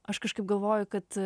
aš kažkaip galvoju kad